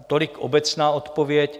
Tolik obecná odpověď.